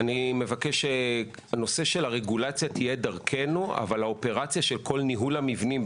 אני מבקש שהרגולציה תהיה דרכנו אבל האופרציה של כל ניהול המבנים,